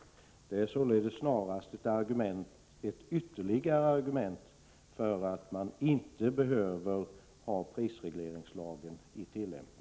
Detta är således snarast ett ytterligare argument för att man inte behöver ha prisregleringslagen i tillämpning.